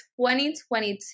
2022